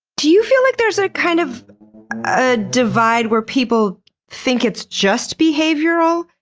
do you feel like there's a kind of ah divide where people think it's just behavioral,